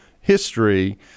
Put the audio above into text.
history